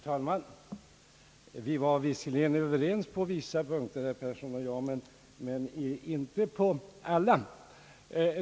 Herr talman! Vi var visserligen överens på vissa punkter, herr Persson och jag, men inte på alla.